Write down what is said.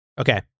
Okay